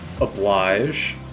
oblige